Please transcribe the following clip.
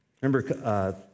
Remember